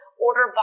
order